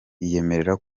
yiyemerera